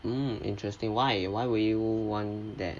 mm interesting why why would you want that